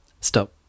Stop